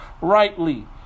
rightly